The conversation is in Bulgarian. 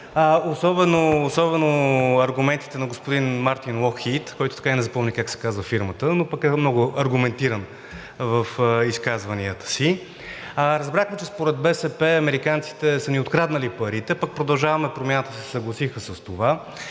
особено аргументите на господин Мартин Локхийд, който така и не запомни как се казва фирмата, но пък е много аргументиран в изказванията си. Разбрахме, че според БСП американците са ни откраднали парите, пък „Продължаваме Промяната“ се съгласиха с това.